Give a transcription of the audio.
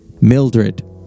Mildred